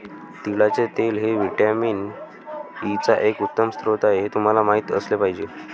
तिळाचे तेल हे व्हिटॅमिन ई चा एक उत्तम स्रोत आहे हे तुम्हाला माहित असले पाहिजे